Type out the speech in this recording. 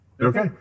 okay